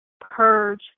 purge